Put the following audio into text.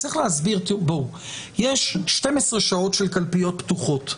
יש 12 שעות של קלפיות פתוחות,